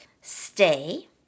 stay